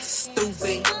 stupid